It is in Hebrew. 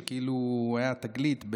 שכאילו הוא היה תגלית,